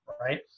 right